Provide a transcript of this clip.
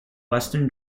western